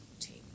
team